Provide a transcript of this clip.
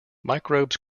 microbes